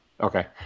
Okay